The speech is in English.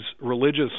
religious